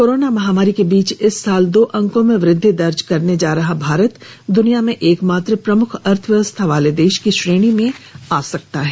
corona महामारी के बीच इस साल दो अंकों में वृद्धि दर्ज करने जा रहा भारत दुनिया में एकमात्र प्रमुख अर्थव्यवस्था वाले देश की श्रेणी में आ सकता है